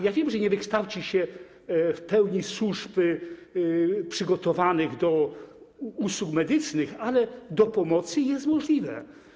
Ja wiem, że nie wykształci się w pełni służb przygotowanych do usług medycznych, ale do pomocy jest to możliwe.